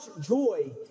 joy